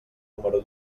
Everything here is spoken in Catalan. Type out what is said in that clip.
número